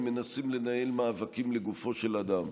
הם מנסים לנהל מאבקים לגופו של אדם.